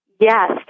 Yes